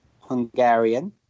Hungarian